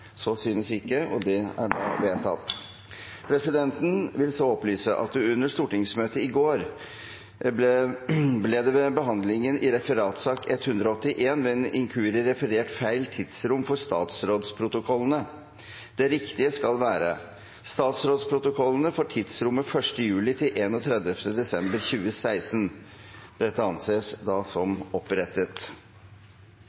Så synes ikke, og det anses vedtatt. Presidenten vil så opplyse om at under stortingsmøtet i går ble det ved behandlingen av referatsak 181 ved en inkurie referert feil tidsrom for statsrådsprotokollene. Det riktige skal være: statsrådsprotokollene for tidsrommet 1. juli til 31. desember 2016. – Dette anses da som